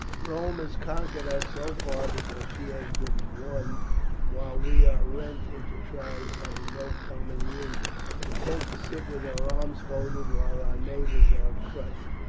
rome has conquered us so far because she has been one while we are rent into tribes having no common union content to sit with our arms folded while our neighbours are crushed,